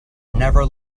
never